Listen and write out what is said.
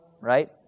right